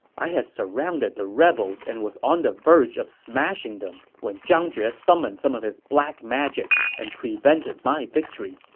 i had surrounded the rebels and was on the verge of smashing them when zhang jue summoned some of his black magic and prevented my victory.